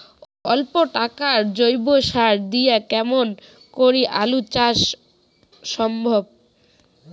অল্প টাকার জৈব সার দিয়া কেমন করি আলু চাষ সম্ভব?